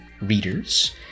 readers